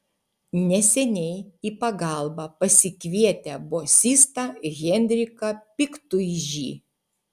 neseniai į pagalbą pasikvietę bosistą henriką piktuižį